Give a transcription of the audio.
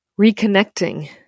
Reconnecting